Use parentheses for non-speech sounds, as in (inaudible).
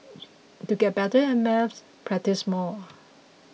(noise) to get better at maths practise more